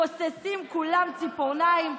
כוססים כולם ציפורניים,